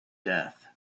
death